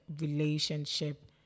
relationship